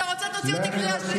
ואל תעשי את זה גם עכשיו.